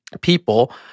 people